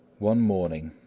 one morning,